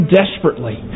desperately